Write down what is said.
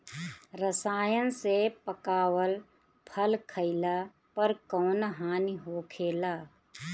रसायन से पकावल फल खइला पर कौन हानि होखेला?